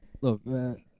Look